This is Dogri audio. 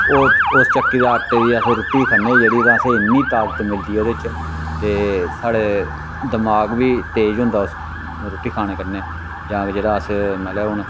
उस चक्की दे आटे दी अस रुट्टी खन्ने जेह्ड़ी तां असेंगी इन्नी ताकत मिलदी ओह्दे च ते साढ़े दमाग बी तेज होंदा उस रुट्टी खाने कन्नै जां ते जेह्ड़ा अस मतलब हून